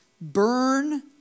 burn